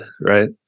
right